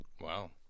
Wow